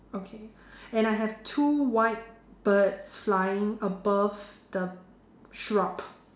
okay and I have two white birds flying above the shrub